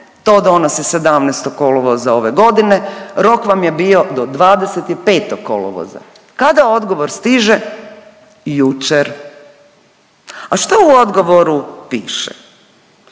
To donosi 17. kolovoza ove godine. Rok vam je bio do 25. kolovoza. Kada odgovor stiže? Jučer. A šta u odgovoru piše?